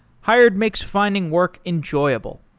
hired makes finding work enjoyable.